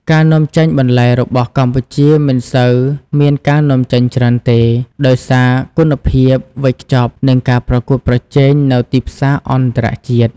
ការនាំចេញបន្លែរបស់កម្ពុជាមិនសូវមានការនាំចេញច្រើនទេ ដោយសារគុណភាព វេចខ្ចប់ និងការប្រកួតប្រជែងនៅទីផ្សារអន្តរជាតិ។